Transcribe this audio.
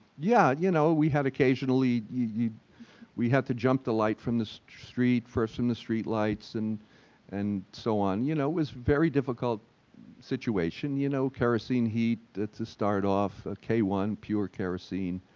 yeah, you know, we had occasionally we had to jump the light from the street, first in the street lights and and so on. you know, it was very difficult situation, you know. kerosene heat to start off, ah k one pure kerosene,